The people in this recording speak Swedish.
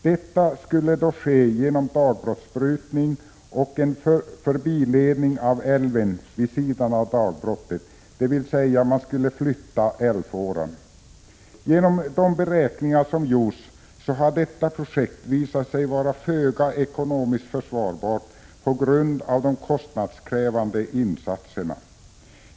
Detta skulle då ske genom dagbrottsbrytning och en förbiledning av älven vid sidan av dagbrottet. Man skulle alltså flytta älvfåran. Genom de beräkningar som gjorts har detta projekt på grund av de kostnadskrävande insatserna visat sig vara föga ekonomiskt försvarbart.